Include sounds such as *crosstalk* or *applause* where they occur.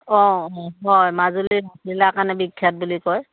অ' হয় মাজুলিত *unintelligible* কাৰণে বিখ্যাত বুলি কয়